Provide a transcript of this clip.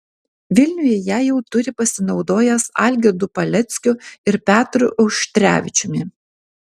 vilniuje ją jau turi pasinaudojęs algirdu paleckiu ir petru auštrevičiumi